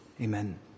Amen